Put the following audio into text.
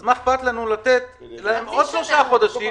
אז מה אכפת לנו לתת להם עוד שלושה חודשים,